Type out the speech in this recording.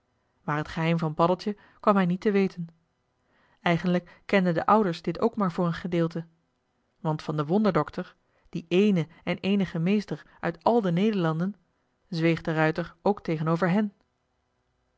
maar t geheim van paddeltje kwam hij niet te weten eigenlijk kenden de ouders dit ook maar voor een gedeelte want van den wonderdokter dien eenen en eenigen meester uit al de nederlanden zweeg de ruijter ook tegenover hen